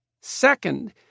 Second